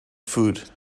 food